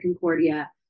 Concordia